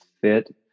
fit